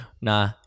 nah